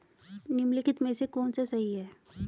निम्नलिखित में से कौन सा सही है?